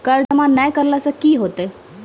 कर जमा नै करला से कि होतै?